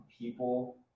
people